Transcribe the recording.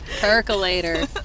Percolator